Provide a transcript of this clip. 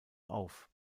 auf